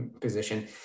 position